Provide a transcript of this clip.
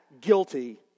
guilty